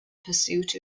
pursuit